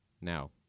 Now